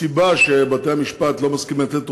הסיבה שבתי-המשפט לא מסכימים לתת ארכה,